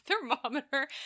thermometer